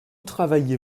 travailliez